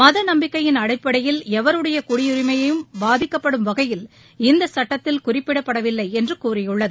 மத நம்பிக்கையின் அடிப்படையில் எவருடைய குடியுரிமையும் பாதிக்கப்படும் வகையில் இச்சுட்டத்தில் குறிப்பிடப்படவில்லை என்று கூறியுள்ளது